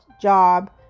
job